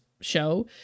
show